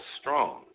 strong